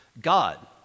God